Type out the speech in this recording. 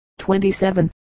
27